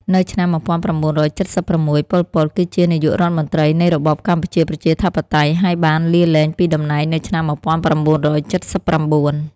នៅឆ្នាំ១៩៧៦ ប៉ុល ពត គឺជានាយករដ្ឋមន្រ្តីនៃរបបកម្ពុជាប្រជាធិបតេយ្យ ហើយបានលាលែងពីតំណែងនៅឆ្នាំ១៩៧៩។